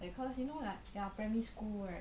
like cause you know lah your primary school right